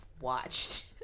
watched